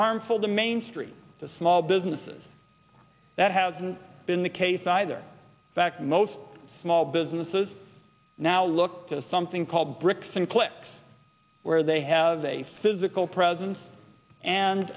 harmful to main street to small businesses that hasn't been the case either fact most small businesses now look to something called bricks and clicks where they have a physical presence and